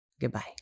goodbye